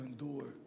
endure